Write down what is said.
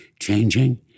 changing